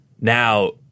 Now